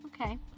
okay